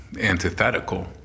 antithetical